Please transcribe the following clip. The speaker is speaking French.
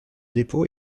dépôt